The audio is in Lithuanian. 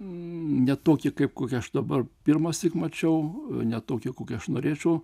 ne tokį kaip kokia aš dabar pirmąsyk mačiau ne tokį kokia aš norėčiau